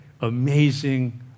amazing